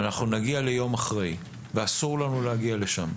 אנחנו נגיע ליום אחרי ואסור לנו להגיע לשם,